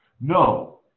No